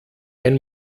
ein